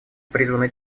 призваны